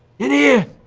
in here!